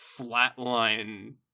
flatline